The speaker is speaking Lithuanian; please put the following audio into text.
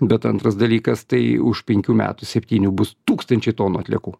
bet antras dalykas tai už penkių metų septynių bus tūkstančiai tonų atliekų